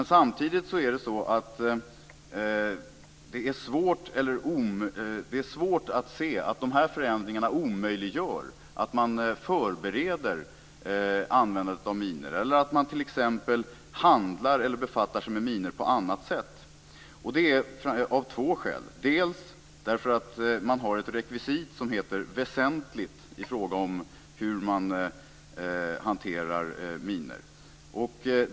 Samtidigt är det svårt att se att dessa förändringar omöjliggör att man förbereder användande av minor, handlar med minor eller befattar sig med minor på annat sätt. Detta har två skäl. För det första finns det ett rekvisit som heter "väsentligt" i fråga om hur man hanterar minor.